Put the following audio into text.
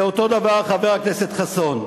זה אותו הדבר, חבר הכנסת חסון.